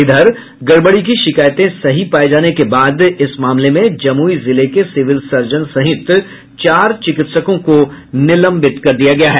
इधर गड़बड़ी की शिकायत सही पाये जाने के बाद इस मामले में जमुई जिले के सिविल सर्जन सहित चार चिकित्सकों को निलंबित कर दिया गया है